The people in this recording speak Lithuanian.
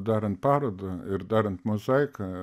darant parodą ir darant mozaiką